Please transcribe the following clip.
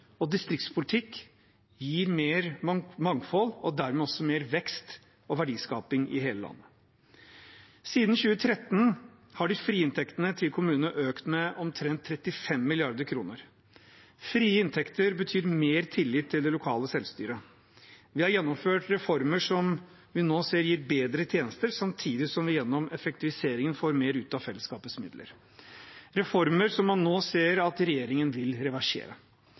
og distriktspolitikk gir mer mangfold og dermed også mer vekst og verdiskaping i hele landet. Siden 2013 har de frie inntektene til kommunene økt med omtrent 35 mrd. kr. Frie inntekter betyr mer tillit til det lokale selvstyret. Vi har gjennomført reformer som vi ser gir bedre tjenester, samtidig som vi gjennom effektiviseringen får mer ut av fellesskapets midler. Det er reformer som man nå ser at regjeringen vil reversere.